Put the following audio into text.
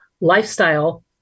lifestyle